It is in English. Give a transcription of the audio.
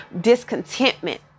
discontentment